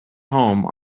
home